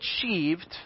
achieved